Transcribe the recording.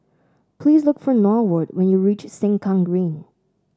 please look for Norwood when you reach Sengkang Green